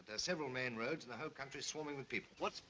but there are several main road to the whole country swarming with people what's